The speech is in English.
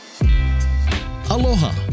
Aloha